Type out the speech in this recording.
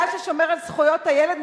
אתה ששומר על זכויות הילד,